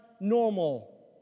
normal